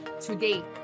today